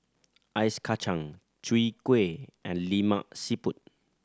ice kacang Chwee Kueh and Lemak Siput